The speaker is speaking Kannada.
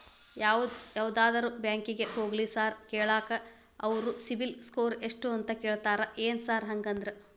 ಯಾವದರಾ ಬ್ಯಾಂಕಿಗೆ ಹೋಗ್ಲಿ ಸಾಲ ಕೇಳಾಕ ಅವ್ರ್ ಸಿಬಿಲ್ ಸ್ಕೋರ್ ಎಷ್ಟ ಅಂತಾ ಕೇಳ್ತಾರ ಏನ್ ಸಾರ್ ಹಂಗಂದ್ರ?